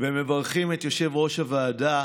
ומברכים את יושב-ראש הוועדה